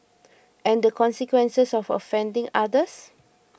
and the consequence of offending others